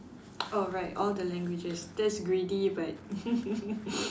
oh right all the languages that's greedy but